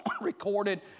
recorded